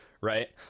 right